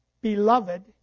beloved